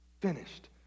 finished